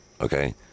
Okay